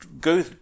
go